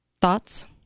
Thoughts